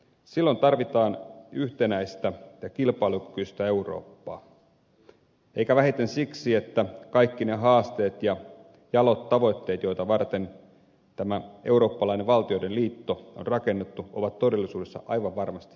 silloin tarvitaan yhtenäistä ja kilpailukykyistä eurooppaa eikä vähiten siksi että kaikki ne haasteet ja jalot tavoitteet joita varten tämä eurooppalainen valtioiden liitto on rakennettu ovat todellisuudessa aivan varmasti vielä edessä